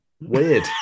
Weird